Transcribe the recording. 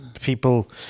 people